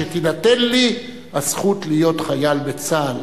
שתינתן לי הזכות להיות חייל בצה"ל,